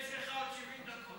יש לך עוד 70 דקות.